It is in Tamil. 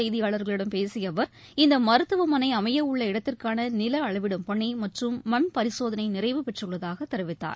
செய்தியாளர்களிடம் பேசியஅவர் இன்றுமதுரையில் இந்தமருத்துவமனைஅமையவுள்ள இடத்திற்கானநிலஅளவிடும் பணிமற்றும் மண் பரிசோதனைநிறைவு பெற்றுள்ளதாகதெரிவித்தார்